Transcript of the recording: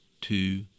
two